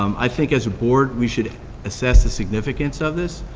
um i think as a board we should assess the significance of this.